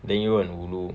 then 又很 ulu